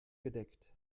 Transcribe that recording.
gedeckt